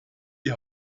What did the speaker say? die